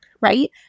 right